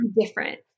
different